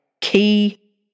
key